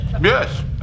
Yes